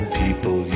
people